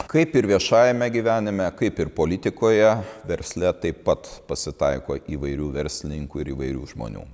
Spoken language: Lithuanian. kaip ir viešajame gyvenime kaip ir politikoje versle taip pat pasitaiko įvairių verslininkų ir įvairių žmonių